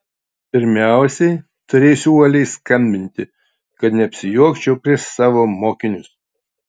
pirmiausiai turėsiu uoliai skambinti kad neapsijuokčiau prieš savo mokinius